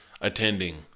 attending